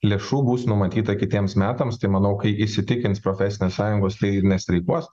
lėšų bus numatyta kitiems metams tai manau kai įsitikins profesinės sąjungos tai ir nestreikuos